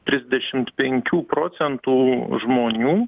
trisdešimt penkių procentų žmonių